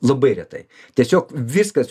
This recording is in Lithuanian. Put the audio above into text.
labai retai tiesiog viskas